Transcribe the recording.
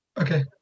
Okay